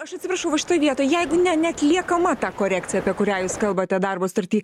aš atsiprašau va šitoj vietoj jeigu ne neatliekama ta korekcija apie kurią jūs kalbate darbo sutarty